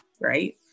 right